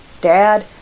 Dad